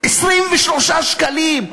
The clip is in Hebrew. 23 שקלים,